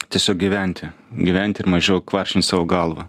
tiesiog gyventi gyventi ir mažiau kvaršint sau galvą